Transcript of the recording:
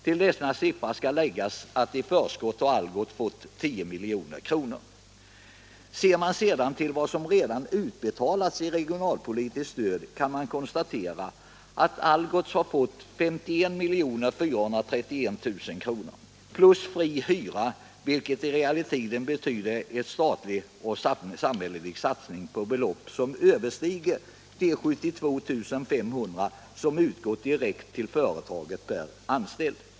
Till detta skall läggas att Algots i förskott har fått 10 milj.kr. Ser man sedan till vad som redan utbetalats i regionalpolitiskt stöd kan man konstatera, att Algots har fått 51 431 000 kr. plus fri hyra, vilket i realiteten betyder en statlig och samhällelig satsning med belopp som överstiger de 72 500 kr. som utgått direkt till företaget per anställd.